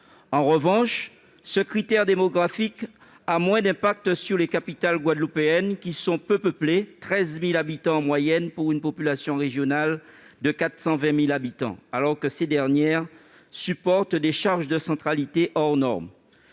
peuplés. Ce critère démographique a moins d'impact sur les capitales guadeloupéennes, qui sont peu peuplées- 13 000 habitants en moyenne pour une population régionale de 420 000 habitants -, alors que ces dernières supportent des charges de centralité hors normes